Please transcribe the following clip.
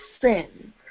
sin